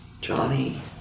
Johnny